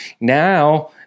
now